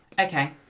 Okay